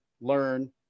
learn